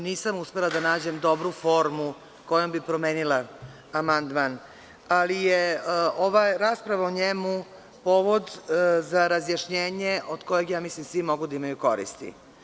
Nisam uspela da nađem dobru formu kojom bih promenila amandman, ali je ova rasprava o njemu povod za razjašnjenje od kojeg svi mogu da imaju korist.